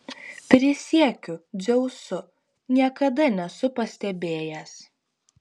prisiekiu dzeusu niekada nesu pastebėjęs